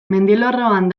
mendilerroan